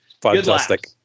fantastic